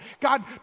God